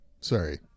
Sorry